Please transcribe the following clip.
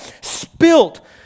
spilt